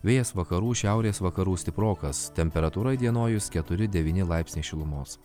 vėjas vakarų šiaurės vakarų stiprokas temperatūra įdienojus keturi devyni laipsniai šilumos